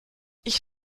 ich